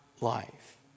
life